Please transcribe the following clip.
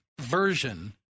version